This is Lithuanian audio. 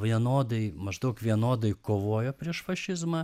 vienodai maždaug vienodai kovojo prieš fašizmą